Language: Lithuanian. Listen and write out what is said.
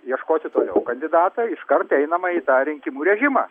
ieškoti toliau kandidatą iš karto einama į tą rinkimų režimą